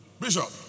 Bishop